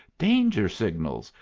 danger-signals,